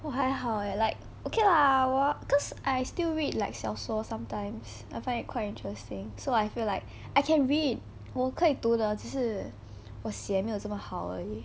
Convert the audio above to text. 我还好 eh like okay lah wo~ cause I still read like 小说 sometimes I find it quite interesting so I feel like I can read 我可以读的只是我写没有这么好而已